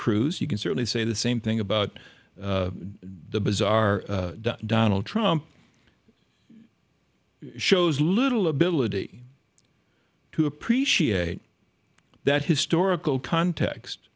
cruise you can certainly say the same thing about the bizarre donald trump shows little ability to appreciate that historical context